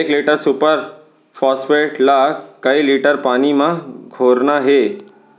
एक litre super phosphate ला कए लीटर पानी मा घोरना हे?